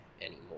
anymore